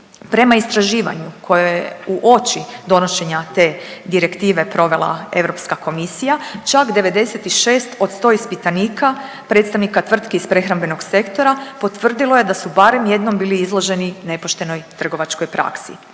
Prema istraživanju koje je uoči donošenja te direktive provela Europska komisija čak 96 od 100 ispitanika predstavnika tvrtki iz prehrambenog sektora potvrdilo je da su barem jednom bili izloženi nepoštenoj trgovačkoj praksi.